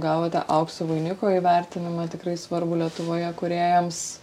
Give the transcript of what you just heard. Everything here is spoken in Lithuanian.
gavote aukso vainiko įvertinimą tikrai svarbų lietuvoje kūrėjams